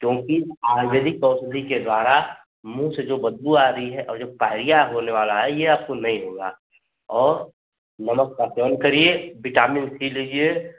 क्योंकि आयुर्वेदी औषधि के द्वारा मुंह से जो बदबू आरी है अब जब का है ये होने वाला है ये आपको नहीं होगा और नमक का सेवन करिए बिटामिन सी लीजिए